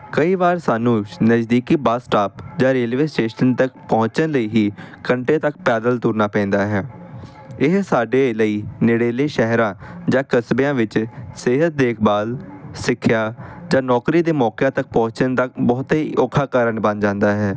ਕਈ ਵਾਰ ਸਾਨੂੰ ਨਜ਼ਦੀਕੀ ਬੱਸ ਸਟਾਪ ਜਾਂ ਰੇਲਵੇ ਸਟੇਸ਼ਨ ਤੱਕ ਪਹੁੰਚਣ ਲਈ ਹੀ ਘੰਟੇ ਤੱਕ ਪੈਦਲ ਤੁਰਨਾ ਪੈਂਦਾ ਹੈ ਇਹ ਸਾਡੇ ਲਈ ਨੇੜੇਲੇ ਸ਼ਹਿਰਾਂ ਜਾਂ ਕਸਬਿਆਂ ਵਿੱਚ ਸਿਹਤ ਦੇਖਭਾਲ ਸਿੱਖਿਆ ਜਾਂ ਨੌਕਰੀ ਦੇ ਮੌਕਿਆਂ ਤੱਕ ਪਹੁੰਚਣ ਦਾ ਬਹੁਤੇ ਔਖਾ ਕਾਰਨ ਬਣ ਜਾਂਦਾ ਹੈ